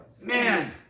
Man